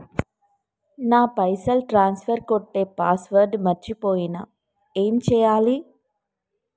నా పైసల్ ట్రాన్స్ఫర్ కొట్టే పాస్వర్డ్ మర్చిపోయిన ఏం చేయాలి?